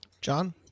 John